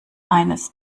eines